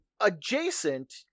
Adjacent